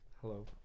Hello